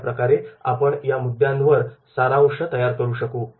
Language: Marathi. अशाप्रकारे आपण या मुद्द्यांवर सारांश तयार करू शकू